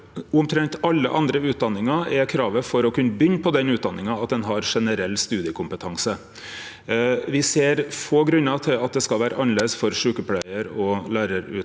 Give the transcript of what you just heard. omtrent alle andre utdanningar er kravet for å kunne begynne på utdanninga at ein har generell studiekompetanse. Me ser få grunnar til at det skal vere annleis for sjukepleiar- og lærarutdanningane.